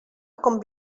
com